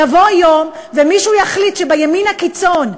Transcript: יבוא יום ומישהו יחליט שבימין הקיצון,